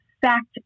fact